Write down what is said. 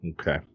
Okay